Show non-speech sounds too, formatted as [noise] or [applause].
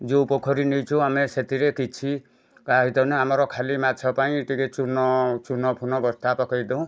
ଯେଉଁ ପୋଖରୀ ନେଇଛୁ ଆମେ ସେଥିରେ କିଛି [unintelligible] ଆମର ଖାଲି ମାଛ ପାଇଁ ଟିକେ ଚୂନ ଚୂନଫୁନ ବସ୍ତା ପକେଇ ଦେଉ